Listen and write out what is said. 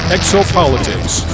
Exopolitics